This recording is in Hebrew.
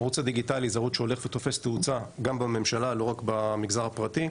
הערוץ הדיגיטלי שהולך ותופס תאוצה גם בממשלה לא רק במגזר הפרטי,